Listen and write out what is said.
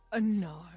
No